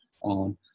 on